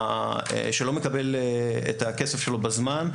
שלא מקבל את הכסף שלו בזמן,